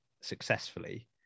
successfully